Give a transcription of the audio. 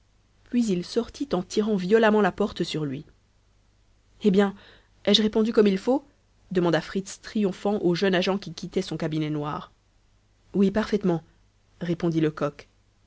puis il sortit en tirant violemment la porte sur lui eh bien ai-je répondu comme il faut demanda fritz triomphant au jeune agent qui quittait son cabinet noir oui parfaitement répondit lecoq